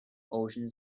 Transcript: ocean